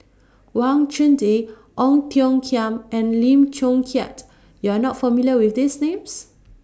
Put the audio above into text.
Wang Chunde Ong Tiong Khiam and Lim Chong Keat YOU Are not familiar with These Names